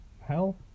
Hell